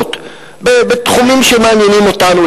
מדינות בתחומים שמעניינים אותנו,